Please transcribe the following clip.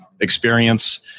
experience